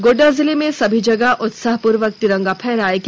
गोड्डा जिले में सभी जगह उत्साह पूर्वक तिरंगा फहराया गया